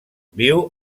viu